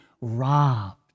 robbed